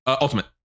ultimate